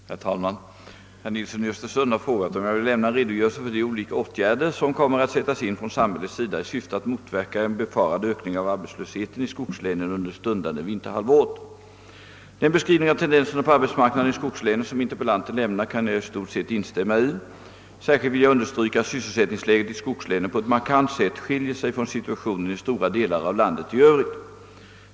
Herr talman! Herr Nilsson i Östersund har frågat, om jag vill lämna en redogörelse för de olika åtgärder som kommer att sättas in från samhällets sida i syfte att motverka en befarad ökning av arbetslösheten i skogslänen under stundande vinterhalvår. Den beskrivning av tendenserna på arbetsmarknaden i skogslänen som interpellanten lämnar kan jag i stort sett instämma i. Särskilt vill jag understryka att sysselsättningsläget i skogslänen på ett markant sätt skiljer sig från situationen i stora delar av landet i övrigt.